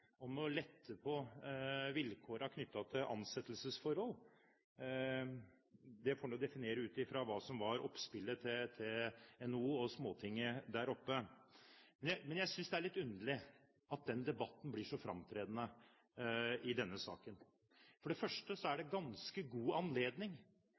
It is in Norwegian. om å lette vilkårene knyttet til ansettelsesforhold får en definere ut fra hva som var oppspillet til NHO og Småtinget der oppe. Men jeg synes det er litt underlig at den debatten blir så framtredende i denne saken. For det første er